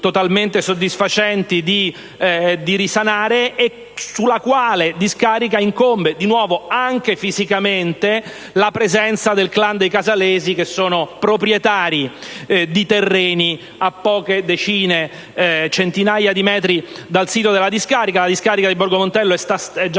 totalmente soddisfacenti. Su tale discarica incombe anche fisicamente la presenza del clan dei casalesi, proprietari di terreni a poche centinaia di metri dal sito della discarica. La discarica di Borgo Montello è già